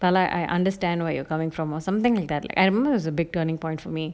bala I understand where you're coming from or something like that I know it's a big turning point for me